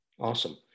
Awesome